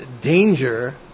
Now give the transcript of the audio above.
danger